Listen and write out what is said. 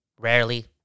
rarely